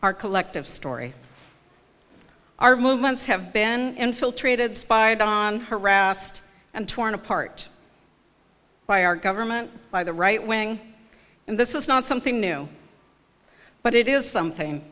our collective story our movements have been infiltrated spied on harassed and torn apart by our government by the right wing and this is not something new but it is something